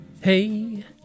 Hey